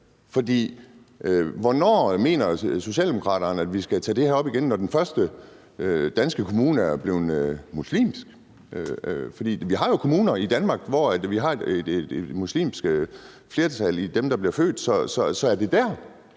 Hvornår mener Socialdemokraterne, at vi skal tage det her op igen? Er det, når den første danske kommune er blevet muslimsk? For vi har jo kommuner i Danmark, hvor der er et muslimsk flertal blandt dem, der bliver født. Så er det der,